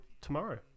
tomorrow